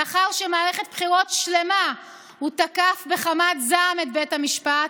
לאחר שמערכת בחירות שלמה הוא תקף בחמת זעם את בית המשפט,